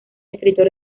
escritor